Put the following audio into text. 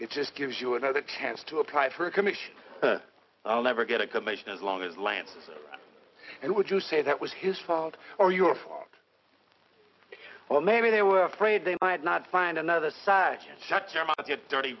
it just gives you another chance to apply for a commission i'll never get a commission as long as lance and would you say that was his fault or your fault well maybe they were afraid they might not find another